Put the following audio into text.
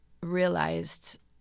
realized